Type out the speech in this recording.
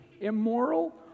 immoral